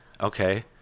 Okay